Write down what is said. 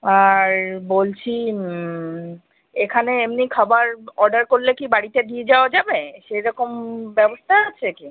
আর বলছি এখানে এমনি খাবার অর্ডার করলে কি বাড়িতে দিয়ে যাওয়া যাবে সেই রকম ব্যবস্থা আছে কি